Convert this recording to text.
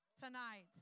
tonight